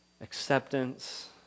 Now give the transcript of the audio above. Acceptance